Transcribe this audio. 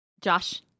Josh